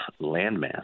landmass